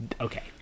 okay